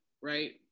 right